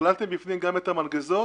הכללתם בפנים גם את המלגזות